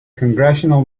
congressional